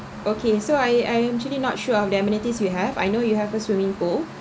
okay so I I'm actually not sure of the amenities you have I know you have a swimming pool